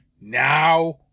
now